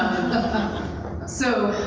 and so,